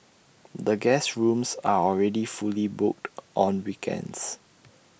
the guest rooms are already fully booked on weekends